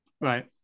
Right